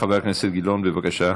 חבר הכנסת גילאון, בבקשה,